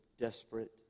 desperate